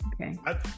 okay